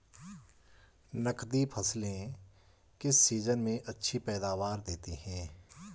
नकदी फसलें किस सीजन में अच्छी पैदावार देतीं हैं?